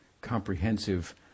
comprehensive